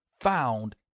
found